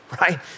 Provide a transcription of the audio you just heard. right